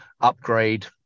upgrade